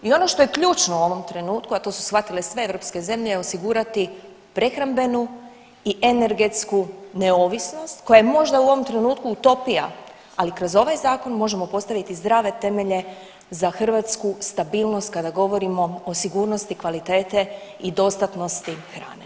I ono što je ključno u ovom trenutku, a to su shvatile sve europske zemlje je osigurati prehrambenu i energetsku neovisnost koja je možda u ovom trenutku utopija, ali kroz ovaj zakon možemo postaviti zdrave temelje za hrvatsku stabilnost kada govorimo o sigurnosti kvalitete i dostatnosti hrane.